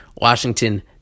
Washington